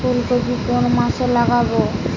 ফুলকপি কোন মাসে লাগাবো?